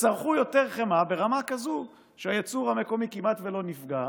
וצרכו יותר חמאה ברמה כזאת שהייצור המקומי כמעט ולא נפגע